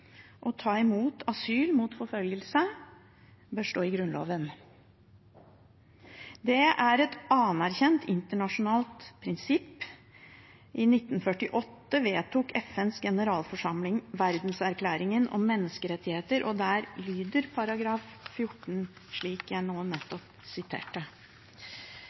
mot forfølgelse» bør stå i Grunnloven. Det er et anerkjent internasjonalt prinsipp. I 1948 vedtok FNs generalforsamling Verdenserklæringen om menneskerettigheter, og der lyder artikkel 14 slik jeg nå nettopp siterte.